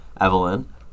Evelyn